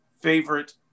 favorite